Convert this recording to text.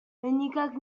никак